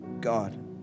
God